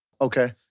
Okay